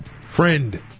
Friend